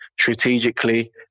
strategically